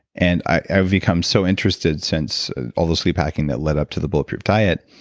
and i've become so interested since all the sleep hacking that led up to the bulletproof diet,